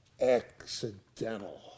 accidental